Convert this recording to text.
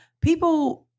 people